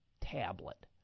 tablet